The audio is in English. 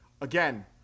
again